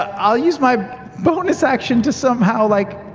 ah i'll use my bonus action to somehow, like,